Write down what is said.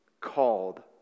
called